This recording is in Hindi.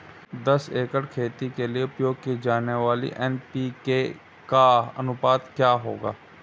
दस एकड़ खेती के लिए उपयोग की जाने वाली एन.पी.के का अनुपात क्या होगा?